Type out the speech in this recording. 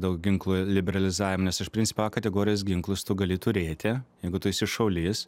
dėl ginklų liberalizavimo nes iš principo a kategorijos ginklus tu gali turėti jeigu tu esi šaulys